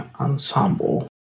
ensemble